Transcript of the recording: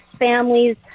families